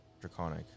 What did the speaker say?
draconic